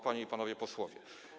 Panie i Panowie Posłowie!